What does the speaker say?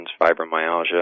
fibromyalgia